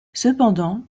cependant